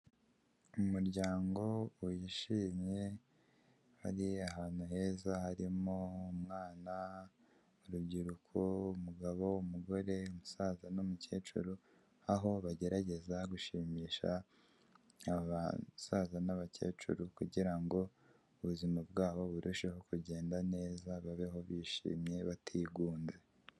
Umuryango wishimye hariya hantu heza harimo umwana, urubyiruko, umugabo, umugore, umusaza, n'umukecuru aho bagerageza gushimisha abasaza n'abakecuru kugirango ubuzima bwabo burusheho kugenda neza babeho bishimye batigunze.